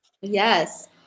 Yes